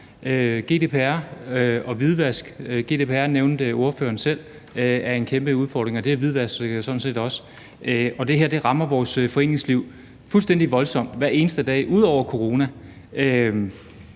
set også i gang. GDPR nævnte ordføreren selv er en kæmpe udfordring, og det er hvidvask jo sådan set også. Det her rammer vores foreningsliv meget voldsomt hver eneste dag ud over corona.